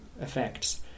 effects